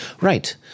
Right